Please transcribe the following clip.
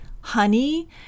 honey